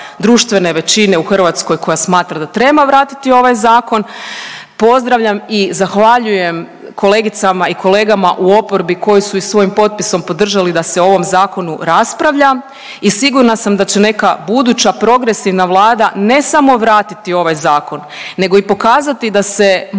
društvene većine u Hrvatskoj koja smatra da treba vratiti ovaj zakon. Pozdravljam i zahvaljujem kolegicama i kolegama u oporbi koji su i svojim potpisom podržali da se o ovom zakonu raspravlja i sigurna sam da će neka buduća progresivna vlada ne samo vratiti ovaj zakon nego i pokazati da se